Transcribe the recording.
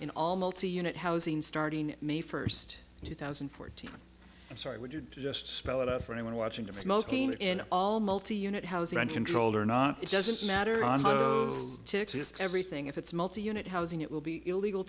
in all multi unit housing starting may first two thousand and fourteen i'm sorry would you just spell it out for anyone watching the smoking in all multi unit housing uncontrolled or not it doesn't matter to everything if it's multi unit housing it will be illegal